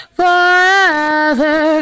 forever